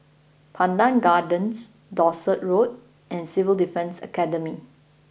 Pandan Gardens Dorset Road and Civil Defence Academy